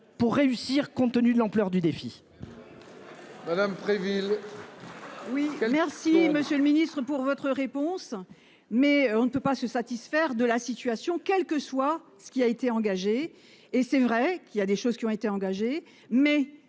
pour réussir compte tenu de l'ampleur du défi. Madame Préville. Oui, merci Monsieur le Ministre pour votre réponse. Mais on ne peut pas se satisfaire de la situation, quel que soit ce qui a été engagé. Et c'est vrai qu'il y a des choses qui ont été engagés mais